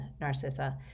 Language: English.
Narcissa